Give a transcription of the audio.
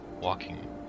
walking